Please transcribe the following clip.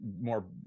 More